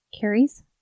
Carrie's